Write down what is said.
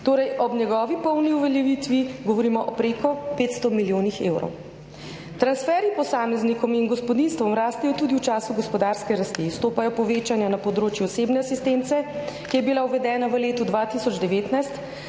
torej ob njegovi polni uveljavitvi govorimo o preko 500 milijonih evrov. Transferji posameznikom in gospodinjstvom rastejo tudi v času gospodarske rasti. Izstopajo povečanja na področju osebne asistence, ki je bila uvedena v letu 2019,